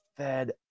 Fed